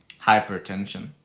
Hypertension